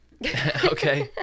okay